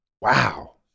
Wow